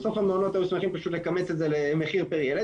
בסוף המעונות היו שמחים לכמת את זה למחיר פר ילד,